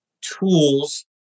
tools